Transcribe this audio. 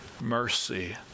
mercy